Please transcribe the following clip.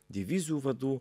divizijų vadų